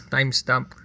Timestamp